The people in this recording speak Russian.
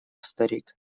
старик